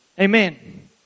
Amen